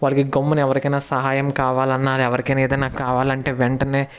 వారికి గమ్మున ఎవరికైనా సహాయం కావాలన్నా ఎవరికన్నా ఏదైనా కావాలంటే వెంటనే